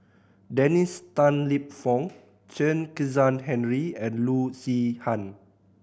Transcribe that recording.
Dennis Tan Lip Fong Chen Kezhan Henri and Loo Zihan